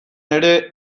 ere